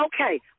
okay